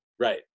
Right